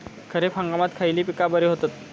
खरीप हंगामात खयली पीका बरी होतत?